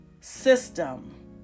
system